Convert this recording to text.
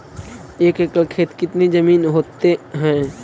एक एकड़ खेत कितनी जमीन होते हैं?